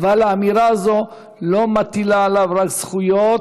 אבל האמירה הזאת מטילה עליו לא רק זכויות,